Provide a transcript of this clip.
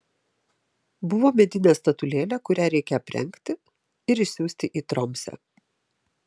buvo medinė statulėlė kurią reikia aprengti ir išsiųsti į tromsę